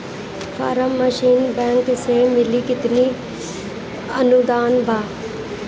Form machinery bank कैसे मिली कितना अनुदान बा?